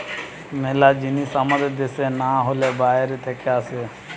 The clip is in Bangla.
মেলা জিনিস আমাদের দ্যাশে না হলে বাইরে থাকে আসে